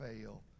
fail